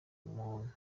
umuntu